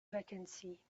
vacancy